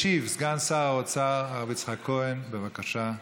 ישיב סגן שר האוצר הרב יצחק כהן, בבקשה.